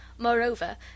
Moreover